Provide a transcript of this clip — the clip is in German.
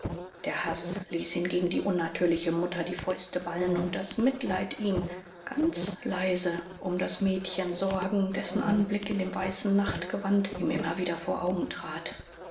der haß ließ ihn gegen die unnatürliche mutter die fäuste ballen und das mitleid ihn ganz leise um das mädchen sorgen dessen anblick in dem weißen nachtgewand ihm immer wieder vor augen trat